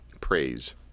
Praise